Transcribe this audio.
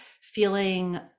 feeling